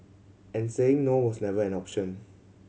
and saying no was never an option